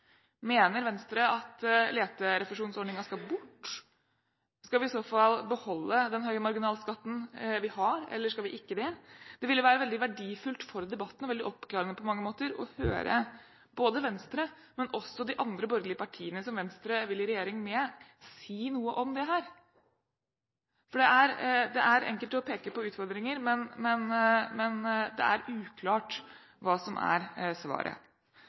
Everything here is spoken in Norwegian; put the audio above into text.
Mener Venstre at leterefusjonsordningen skal bort? Skal vi i så fall beholde den høye marginalskatten vi har, eller skal vi ikke det? Det ville være veldig verdifullt for debatten og veldig oppklarende på mange måter å høre både Venstre og de andre borgerlige partiene som Venstre vil i regjering med, si noe om dette. For det er enkelt å peke på utfordringer, men det er uklart hva som er svaret.